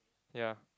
ya